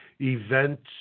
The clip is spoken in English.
events